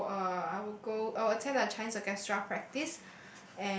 so uh I would go I would attend a Chinese Orchestra practice